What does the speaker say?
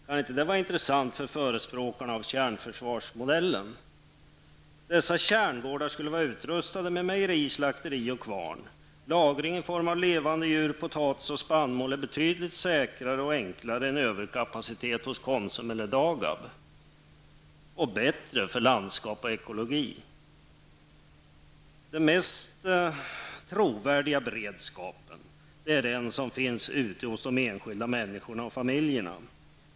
Kan inte det vara intressant för förespråkarna av kärnförsvarsmodellen? Dessa kärngårdar kunde vara utrustade med ett mejeri, ett slakteri och en kvarn. Lagring i form av levande djur, potatis och spannmål är betydligt säkrare och enklare än överkapacitet hos Konsum eller DAGAB -- och dessutom bättre för både landskap och ekologi. Den mest trovärdiga beredskapen är den som finns ute hos de enskilda människorna och familjerna.